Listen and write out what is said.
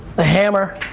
the hammer